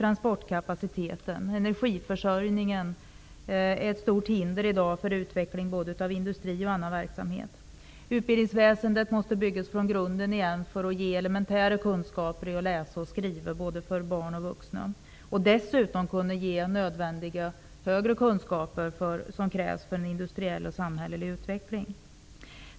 Problem med energiförsörjningen är ett stort hinder för utvecklingen av både industri och annan verksamhet. Utbildningsväsendet måste byggas upp från grunden igen för att ge elementära kunskaper i att läsa och skriva, både för barn och för vuxna, och dessutom ge de högre kunskaper som krävs för en industriell och samhällelig utveckling.